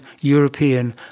European